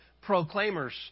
proclaimers